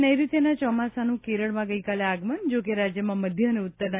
નેઋત્યના ચોમાસાનું કેરળમાં ગઇકાલે આગમન જો કે રાજ્યમાં મધ્ય અને ઉત્તરના